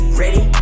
ready